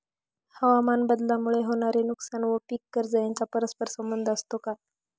हवामानबदलामुळे होणारे नुकसान व पीक कर्ज यांचा परस्पर संबंध असतो का?